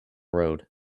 road